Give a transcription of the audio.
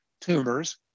tumors